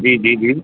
जी जी जी